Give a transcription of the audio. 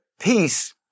peace